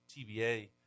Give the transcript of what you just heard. TBA